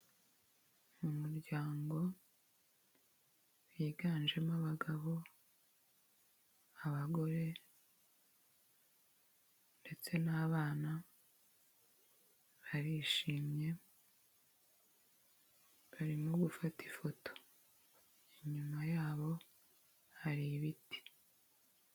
Mu muryango, higanjemo abagabo, abagore, ndetse n'abana, barishimye, barimo gufata ifoto, inyuma yabo hari ibiti.